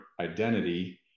identity